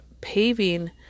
paving